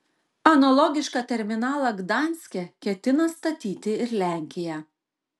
analogišką terminalą gdanske ketina statyti ir lenkija